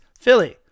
Philly